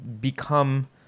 become